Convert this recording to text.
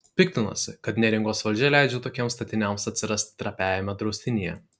piktinosi kad neringos valdžia leidžia tokiems statiniams atsirasti trapiajame draustinyje